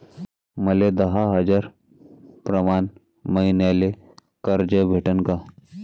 मले दहा हजार प्रमाण मईन्याले कर्ज भेटन का?